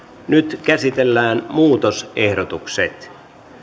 nyt käsitellään muutosehdotukset